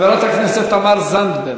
חברת הכנסת תמר זנדברג.